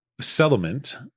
settlement